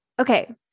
Okay